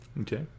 Okay